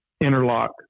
interlock